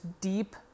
deep